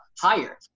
higher